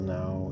now